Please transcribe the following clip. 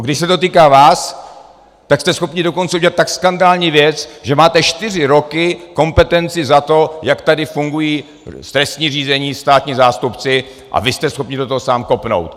Když se to týká vás, tak jste schopni udělat dokonce tak skandální věc, že máte čtyři roky kompetenci za to, jak tady fungují trestní řízení, státní zástupci, a vy jste schopni do toho sami kopnout.